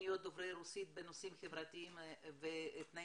פניות של דוברי רוסית בנושאים חברתיים ותנאים